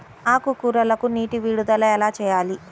ఆకుకూరలకు నీటి విడుదల ఎలా చేయాలి?